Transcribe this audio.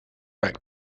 back